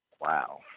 Wow